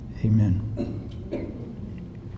Amen